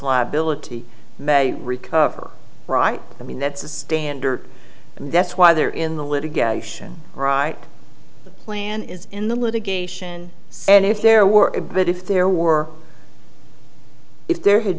liability may recover right i mean that's the standard and that's why they're in the litigation right the plan is in the litigation and if there were a bit if there were if there had